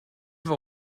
war